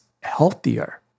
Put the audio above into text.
healthier